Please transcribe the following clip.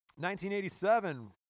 1987